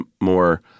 more